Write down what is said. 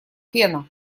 пена